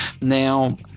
Now